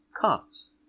comes